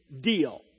deal